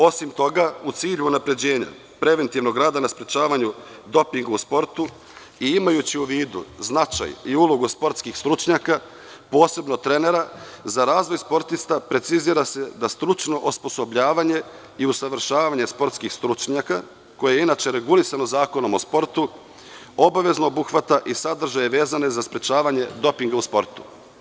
Osim toga, u cilju unapređenja preventivnog rada na sprečavanju dopinga u sportu, a imajući u vidu značaj i ulogu sportskih stručnjaka, posebno trenera, za razvoj sportista, precizira se da stručno osposobljavanje i usavršavanje sportskih stručnjaka, koje je inače regulisano Zakonom o sportu, obavezno obuhvata i sadržaje vezane za sprečavanje dopinga u sportu.